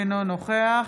אינו נוכח